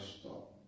stop